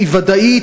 היא ודאית,